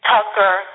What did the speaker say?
Tucker